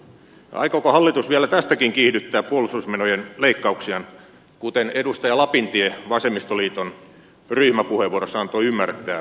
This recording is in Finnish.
aikooko hallitus vielä tästäkin kiihdyttää puolustusmenojen leikkauksia kuten edustaja lapintie vasemmistoliiton ryhmäpuheenvuorossa antoi ymmärtää